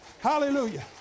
hallelujah